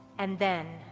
and then,